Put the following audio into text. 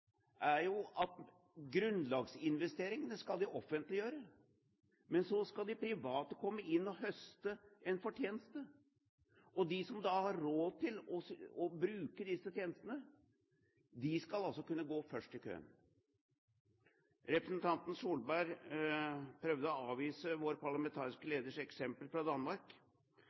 er jo at de skal offentliggjøre grunnlagsinvesteringene, men så skal de private komme inn og høste en fortjeneste, og de som da har råd til å bruke disse tjenestene, skal altså kunne komme først i køen. Representanten Solberg prøvde å avvise vår parlamentariske leders eksempel fra Danmark.